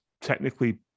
technically